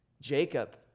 Jacob